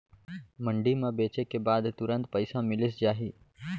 मंडी म बेचे के बाद तुरंत पइसा मिलिस जाही?